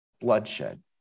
bloodshed